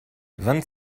vingt